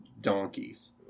donkeys